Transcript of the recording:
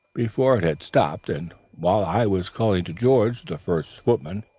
before it had stopped, and while i was calling to george, the first footman,